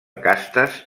castes